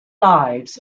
lives